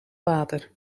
water